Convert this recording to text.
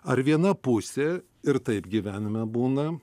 ar viena pusė ir taip gyvenime būna